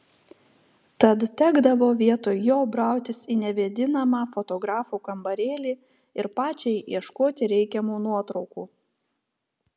tad tekdavo vietoj jo brautis į nevėdinamą fotografų kambarėlį ir pačiai ieškoti reikiamų nuotraukų